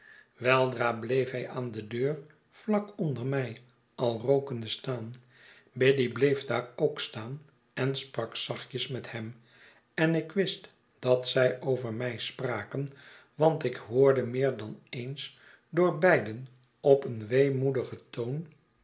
weldra bleef hij aan de deur vlak onder mij al rookende staan biddy bleef daar ook staan en sprak zachtjes met hem en ik wist dat zij over mij spraken want ik hoorde meer dan eens door beiden op een weemoedigen toon